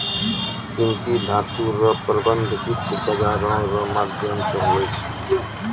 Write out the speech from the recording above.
कीमती धातू रो प्रबन्ध वित्त बाजारो रो माध्यम से हुवै छै